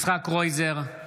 יצחק קרויזר,